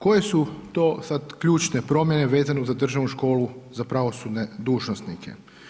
Koje su to sada ključne promjene, vezano za državnu školu za pravosudne dužnosnike?